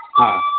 ಹಾಂ